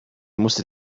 musste